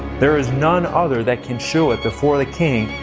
there is none other that can shew it before the king,